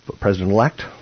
president-elect